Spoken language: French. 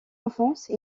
enfance